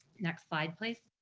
next slide, please.